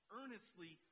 earnestly